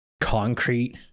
concrete